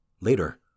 Later